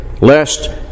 lest